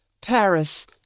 Paris